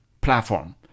platform